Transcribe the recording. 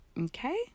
okay